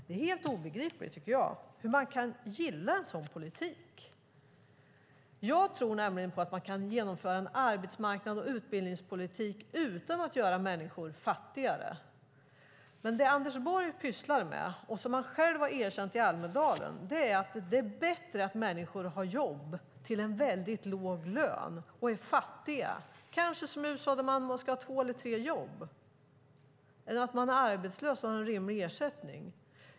Det är helt obegripligt hur man kan gilla en sådan politik. Jag tror på att det går att genomföra en arbetsmarknads och utbildningspolitik utan att göra människor fattigare. Men vad Anders Borg pysslar med, och som han har själv har erkänt i Almedalen, är att det är bättre att människor har jobb till en låg lön och är fattiga, kanske att ensamstående mammor ska ha två eller tre jobb, än att vara arbetslös och få en rimlig ersättning.